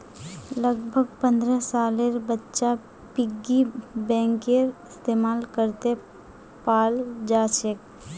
लगभग पन्द्रह सालेर बच्चा पिग्गी बैंकेर इस्तेमाल करते पाल जाछेक